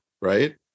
right